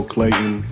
Clayton